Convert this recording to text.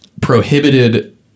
prohibited